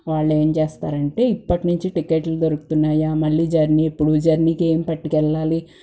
వాళ్ళేం చేస్తారంటే ఇప్పటి నుండి టిక్కెట్లు దొరుకుతున్నాయా మళ్ళీ జర్నీ జర్నీకి ఏం పట్టుకెళ్ళాలి